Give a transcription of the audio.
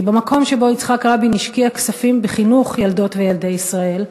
כי במקום שבו יצחק רבין השקיע כספים בחינוך ילדות וילדי ישראל,